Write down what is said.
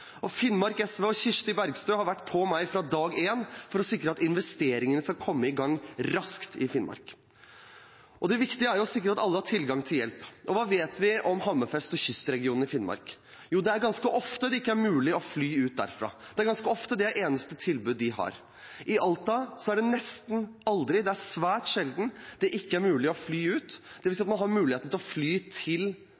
i Finnmark. Og Finnmark SV og Kirsti Bergstø har vært på meg fra dag én for å sikre at investeringene skal komme i gang raskt i Finnmark. Det viktige er å sikre at alle har tilgang til hjelp. Og hva vet vi om Hammerfest og kystregionen i Finnmark? Jo, at det ganske ofte ikke er mulig å fly ut derfra. Det er ganske ofte det er det eneste tilbudet de har. I Alta er det svært sjelden det ikke er mulig å fly ut,